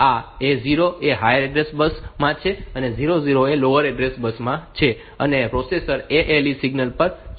તેથી આ A0 એ હાયર ઓર્ડર એડ્રેસ બસ માં છે અને 00 લોઅર ઓર્ડર એડ્રેસ બસ માં છે અને પ્રોસેસર ALE સિગ્નલ પણ જનરેટ કરે છે